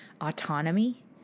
autonomy